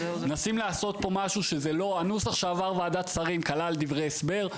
הנוסח עבר ועדת שרים כלל דברי הסבר,